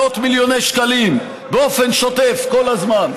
מאות מיליוני שקלים באופן שוטף כל הזמן.